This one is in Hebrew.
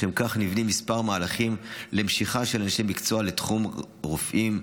לשם כך נבנים כמה מהלכים למשיכה של אנשי מקצוע לתחום: רופאים,